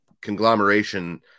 conglomeration